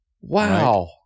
wow